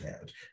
out